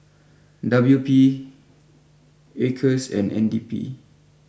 W P Acres and N D P